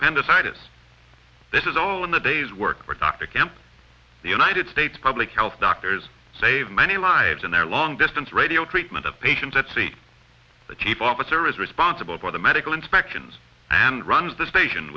appendicitis this is all in the day's work with dr kemp the united states public health doctors save many lives and their long distance radio treatment of patients at sea the chief officer is responsible for the medical inspections and runs the station